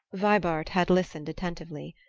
vibart had listened attentively.